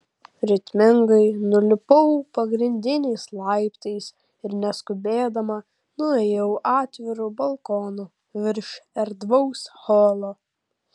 ritmingai nulipau pagrindiniais laiptais ir neskubėdama nuėjau atviru balkonu virš erdvaus holo